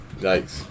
Yikes